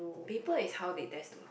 paper is how they intend to ah